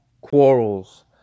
quarrels